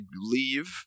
leave